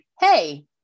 hey